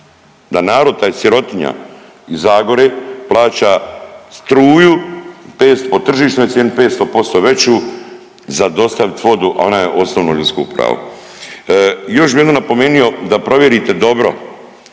da narod taj, sirotinja iz Zagore plaća struja po tržišnoj cijeni 500% veću za dostaviti vodu, a ona je osnovno ljudsko pravo. Još bih jednom napomenuo da provjerite dobro